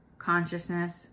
consciousness